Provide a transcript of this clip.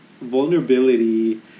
vulnerability